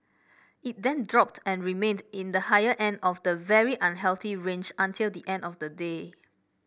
it then dropped and remained in the higher end of the very unhealthy range until the end of the day